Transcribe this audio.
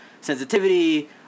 sensitivity